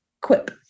quip